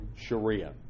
Sharia